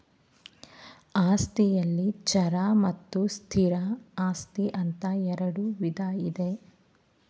ಆಸ್ತಿಯಲ್ಲಿ ಚರ ಮತ್ತು ಸ್ಥಿರ ಆಸ್ತಿ ಅಂತ ಇರುಡು ವಿಧ ಇದೆ